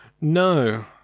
No